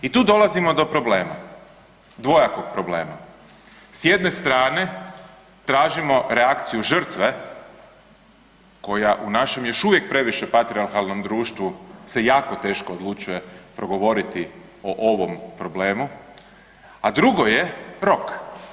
I tu dolazimo do problema, dvojakog problema, s jedne strane tražimo reakciju žrtve koja u našem još uvijek previše patrijarhalnom društvu se jako teško odlučuje progovoriti o ovom problemu, a drugo je rok.